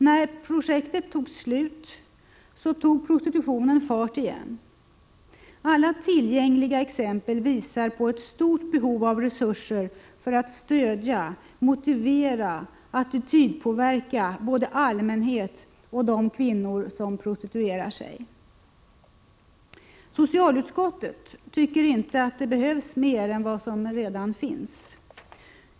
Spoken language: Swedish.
När projektet upphörde tog prostitutionen fart igen. Alla tillgängliga exempel visar på ett stort behov av resurser för att stödja, motivera och attitydpåverka både allmänheten och de kvinnor som prostituerar sig. Socialutskottet tycker inte att det behöver göras mer än vad som redan görs.